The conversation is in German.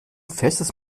festes